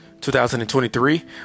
2023